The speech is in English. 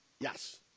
Yes